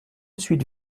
suite